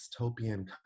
dystopian